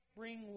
bring